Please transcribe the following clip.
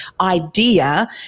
idea